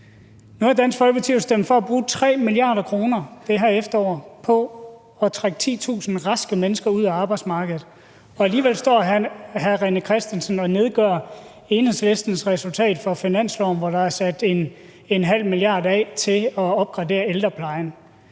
jo i det her efterår stemt for at bruge 3 mia. kr. på at trække 10.000 raske mennesker ud af arbejdsmarkedet, og alligevel står hr. René Christensen og nedgør Enhedslistens resultat for finansloven, hvor der er sat 0,5 mia. kr. af til at opgradere ældreplejen.